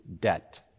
debt